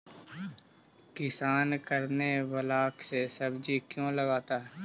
किसान करने ब्लाक से बीज क्यों लाता है?